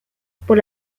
por